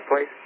please